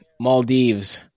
Maldives